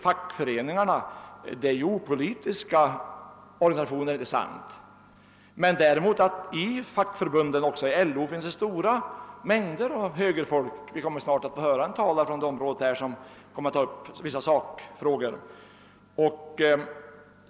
Fackföreningarna är opolitiska organisationer, inte sant? Inom fackförbunden, det gäller även LO, finns emellertid mycket högerfolk, och snart får vi höra en talare från det hållet ta upp vissa sakfrågor.